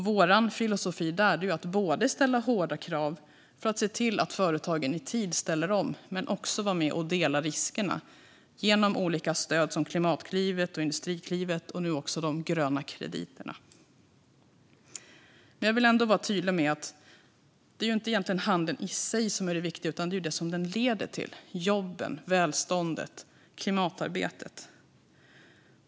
Vår filosofi är att ställa hårda krav för att se till att företagen i tid ställer om men också att vara med och dela riskerna genom olika stöd som Klimatklivet, Industriklivet och nu också de gröna krediterna. Jag vill vara tydlig med att det egentligen inte är handeln i sig som är det viktiga, utan det är de som den leder till: jobben, välståndet och klimatarbetet.